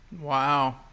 Wow